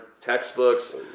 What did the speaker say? textbooks